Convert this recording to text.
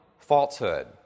falsehood